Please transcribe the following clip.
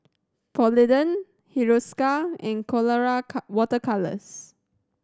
Polident Hiruscar and Colora water colours